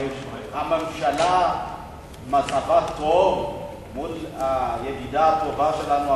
הרי הממשלה מצבה טוב מול הידידה הטובה שלנו,